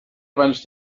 abans